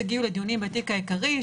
הגיעו לדיונים בתיק העיקרי,